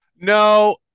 No